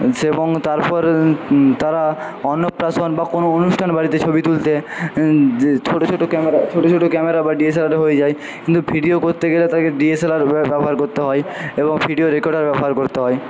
এবং তারপর তারা অন্নপ্রাশন বা কোনো অনুষ্ঠান বাড়িতে ছবি তুলতে ছোটো ছোটো ক্যামেরা ছোটো ছোটো ক্যামেরা বা ডিএসএলআরে হয়ে যায় কিন্তু ভিডিও করতে গেলে তাকে ডিএসএলআর ব্যবহার করতে হয় এবং ভিডিও রেকর্ডার ব্যবহার করতে হয়